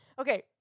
Okay